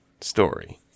story